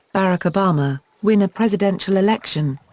barack obama, win a presidential election.